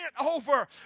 over